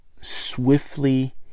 swiftly